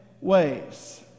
ways